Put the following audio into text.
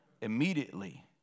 Immediately